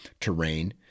terrain